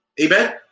Amen